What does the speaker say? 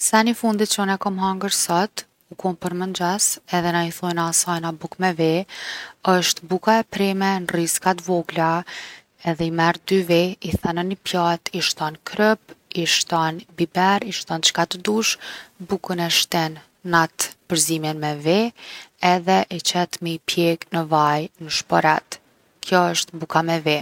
Sen i fundit që unë e kom hanger sot u kon për mëngjes edhe na i thojna asajna bukë me ve. Osht buka e preme n’rriska t’vogla edhe i merr dy ve i then në ni pjatë, i shton kryp, i shton biber, i shton çka t’dush. Bukën e shtin n’atë përzimjen me ve edhe i qet m’i pjek në vaj n’shporet. Kjo osht buka me ve.